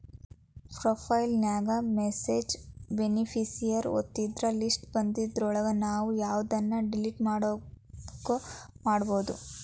profile ನ್ಯಾಗ manage beneficiary ಒತ್ತಿದ್ರ list ಬನ್ದಿದ್ರೊಳಗ ನಾವು ಯವ್ದನ್ನ ಡಿಲಿಟ್ ಮಾಡ್ಬೆಕೋ ಮಾಡ್ಬೊದು